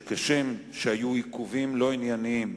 שכשם שהיו עיכובים לא ענייניים